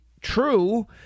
true